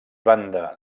banda